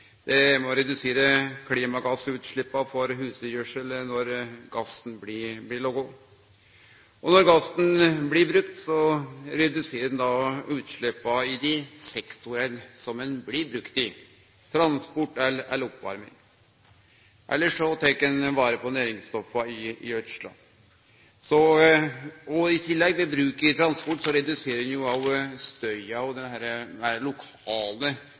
å redusere klimagassutsleppa for husdyrgjødsel når gassen blir laga. Når gassen blir brukt, reduserer han da utsleppa i dei sektorane han blir brukt i: transport eller oppvarming. Elles tek ein vare på næringsstoffa i gjødsla. Og i tillegg: Ved bruk i transport reduserer ein jo støyen og den lokale forureininga i byar og tettstader. Så det